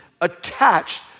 attached